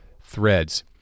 threads